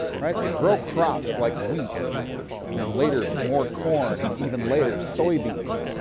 right? you grow crops like wheat and, later, more corn, and even later, soybeans.